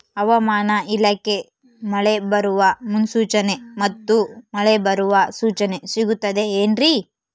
ಹವಮಾನ ಇಲಾಖೆ ಮಳೆ ಬರುವ ಮುನ್ಸೂಚನೆ ಮತ್ತು ಮಳೆ ಬರುವ ಸೂಚನೆ ಸಿಗುತ್ತದೆ ಏನ್ರಿ?